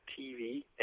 TV